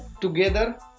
together